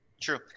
True